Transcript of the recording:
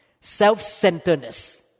self-centeredness